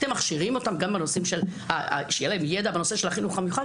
אתם מכשירים אותם שיהיה להם ידע בנושא של החינוך המיוחד?